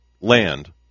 Land